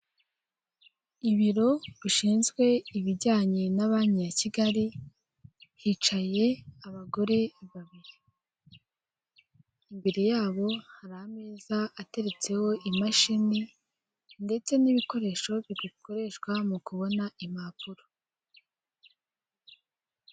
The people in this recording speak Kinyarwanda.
Ibiro bishinzwe ibijyanye na banki ya Kigali hicaye abagore babiri, imbere yabo hari ameza ateretseho imashini ndetse n'ibikoresho bikoreshwa mu kubona impapuro.